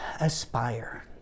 aspire